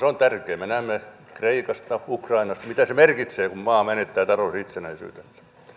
on tärkeää me näemme kreikasta ukrainasta mitä se merkitsee kun maa menettää talouden itsenäisyytensä